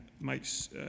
makes